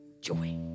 joy